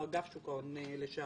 או אגף שוק ההון לשעבר?